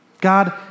God